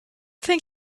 think